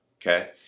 okay